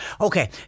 Okay